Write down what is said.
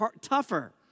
tougher